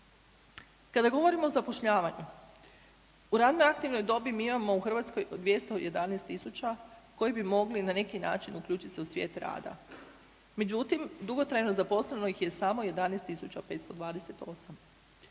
Kada govorimo o zapošljavanju u radno aktivnoj dobi mi imamo u Hrvatskoj 211 tisuća koji bi mogli, na neki način uključiti se u svijet rada. Međutim, dugotrajno zaposleno ih je samo 11 528.